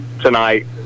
tonight